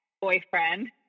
boyfriend